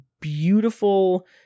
beautiful